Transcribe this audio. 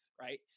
right